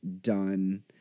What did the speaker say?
done